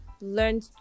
learned